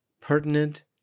pertinent